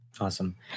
Awesome